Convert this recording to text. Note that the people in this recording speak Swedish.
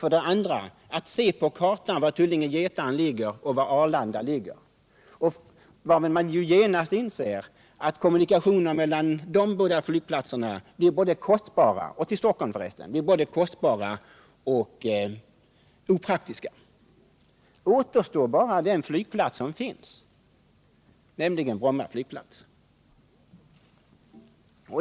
För det andra inser man genast när man ser på kartan var Tullinge Getaren och Stockholm — blir både dyrbara och opraktiska. Då återstår bara den flygplats som redan finns, nämligen Bromma flygplats.